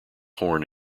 horn